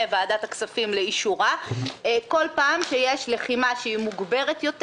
ועדת הכספים לאישורה כל פעם שיש לחימה מוגברת יותר,